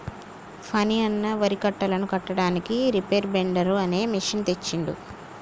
ఫణి అన్న వరి కట్టలను కట్టడానికి రీపేర్ బైండర్ అనే మెషిన్ తెచ్చిండు